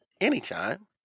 anytime